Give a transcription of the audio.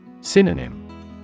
Synonym